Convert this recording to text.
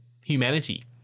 humanity